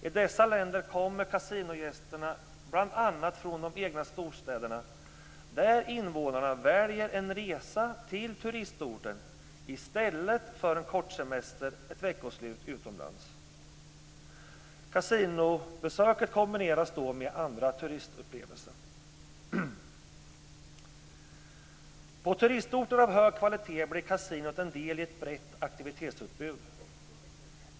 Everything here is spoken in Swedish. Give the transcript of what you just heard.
I dessa länder kommer kasinogästerna bl.a. från de egna storstäderna, där invånarna väljer en resa till turistorten i stället för en kortsemester, ett veckoslut, utomlands. Kasinobesöket kombineras då med andra turistupplevelser. På turistorter av hög kvalitet blir kasinot en del i ett brett aktivitetsutbud.